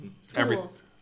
schools